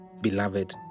beloved